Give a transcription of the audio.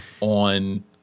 on